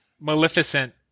Maleficent